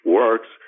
works